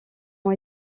ont